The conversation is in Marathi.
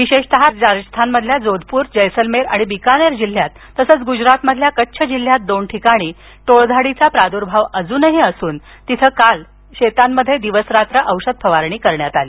विशेषतः राजस्थानमधील जोधप्र जैसलमेर आणि बिकानेर जिल्ह्यात तसच गुजरातमधील कच्छ जिल्ह्यात दोन ठिकाणी टोळधाडीचा प्रादुर्भाव अजूनही असून तिथं काल शेतात दिवसरात्र औषध फवारणी करण्यात आली